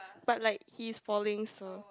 but like he's falling so